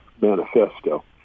manifesto